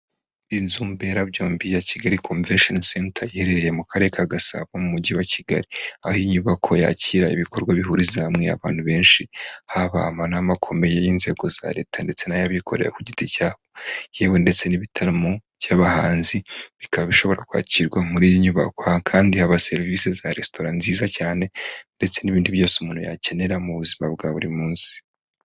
Inzu mbera byombi ya Kigali komvesheni senta, iherereye mu karere ka Gasabo umujyi wa Kigali. Aho iyi inyubako yakira ibikorwa bihuriza hamwe abantu benshi, haba amanama akomeye y'inzego za leta ndetse n'ay'abikorera ku giti cyabo, yewe ndetse n'ibitaramo by'abahanzi bikaba bishobora kwakirwa muri iyi nyubako. Aha kandi haba serivisi za resitora nziza cyane ndetse n'ibindi byose umuntu yakenera mu buzima bwa buri munsi.